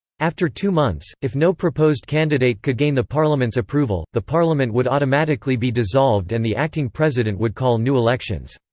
after two months, if no proposed candidate could gain the parliament's approval, the parliament would automatically be dissolved and the acting president would call new elections.